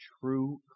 true